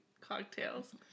cocktails